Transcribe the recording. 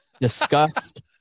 disgust